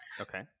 Okay